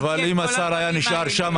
אבל אם השר היה נשאר שם,